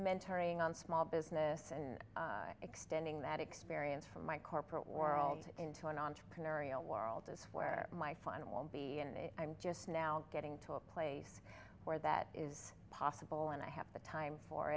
mentoring on small business and extending that experience from my corporate world into an entrepreneurial world is where my fun will be and i'm just now getting to a place where that is possible and i have the time for